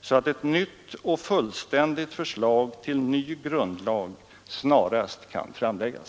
så att ett nytt och fullständigt förslag till ny grundlag snarast kan framläggas.